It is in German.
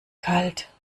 kalt